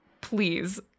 please